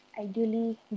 ideally